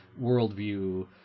worldview